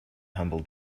humble